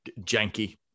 janky